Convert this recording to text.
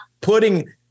putting